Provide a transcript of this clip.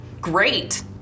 Great